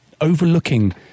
overlooking